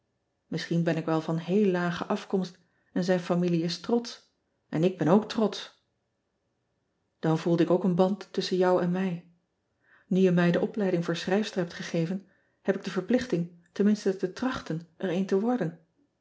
isschien ben ik wel van heel lage afkomst en zijn familie is trotsch n ik ben ook trotsch an voelde ik ook een band tusschen jou en mij u je mij de opleiding voor schrijfster hebt gegeven heb ik de verplichting tenminste te trachten er een te worden